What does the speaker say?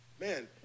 man